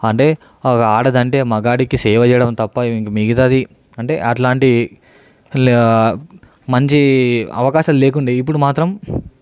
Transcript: అంటే ఒక ఆడదంటే మగాడికి సేవ చేయడం తప్ప మిగతాది అంటే అట్లాంటి మంచి అవకాశాలు లేకుండే ఇప్పుడు మాత్రం